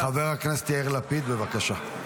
חבר הכנסת יאיר לפיד, בבקשה.